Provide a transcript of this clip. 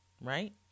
right